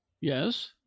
yes